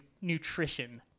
nutrition